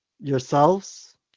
yourselves